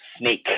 snake